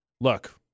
Look